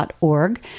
org